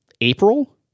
April